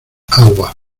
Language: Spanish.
agua